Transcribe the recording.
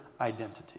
identity